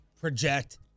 project